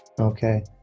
Okay